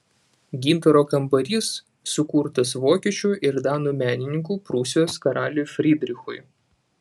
gintaro kambarys sukurtas vokiečių ir danų menininkų prūsijos karaliui frydrichui